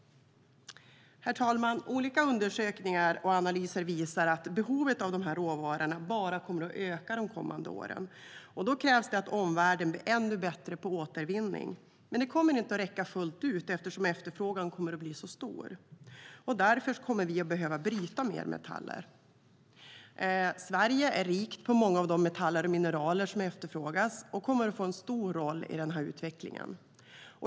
Herr ålderspresident! Olika undersökningar och analyser visar att behovet av de här råvarorna bara kommer att öka de kommande åren. Då krävs det att omvärlden blir ännu bättre på återvinning, men det kommer inte att räcka fullt ut eftersom efterfrågan kommer att bli så stor. Därför kommer vi att behöva bryta mer metaller. Sverige är rikt på många av de metaller och de mineraler som efterfrågas och kommer att få en stor roll i utvecklingen.